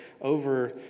over